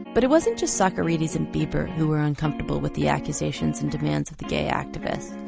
but it wasn't just socarides and bieber who were uncomfortable with the accusations and demands of the gay activists.